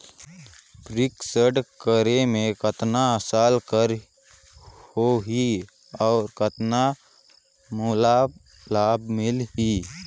Fixed करे मे कतना साल कर हो ही और कतना मोला लाभ मिल ही?